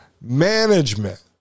management